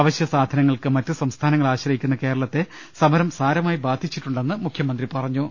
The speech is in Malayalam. അവശ്യ സാധനങ്ങൾക്ക് മറ്റു സംസ്ഥാന ങ്ങളെ ആശ്രയിക്കുന്ന കേരളത്തെ സമരം സാരമായി ബാധിച്ചിട്ടുണ്ടെന്ന് മുഖ്യമന്ത്രി പറഞ്ഞു